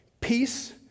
Peace